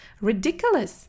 Ridiculous –